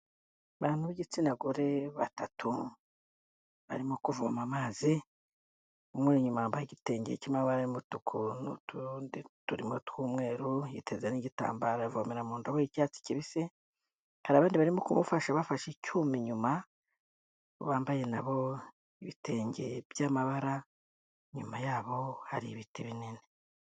Abantu b'igitsina gore batatu, barimo kuvoma amazi, umwe uri inyuma yambaye igitenge cy'amabara y'umutuku, n'utundi turimo tw'umweru, yiteze n'igitambaro, aravomera mu ndobo y'icyatsi kibisi, hari abandi barimo kubafasha bafashe icyuma inyuma, bambaye nabo ibitenge by'amabara, inyuma yabo hari ibiti binini.